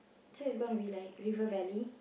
so its gonna be like River Valley